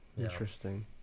Interesting